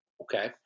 Okay